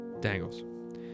Dangles